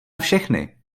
všechny